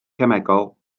cemegol